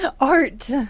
Art